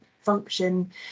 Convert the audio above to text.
function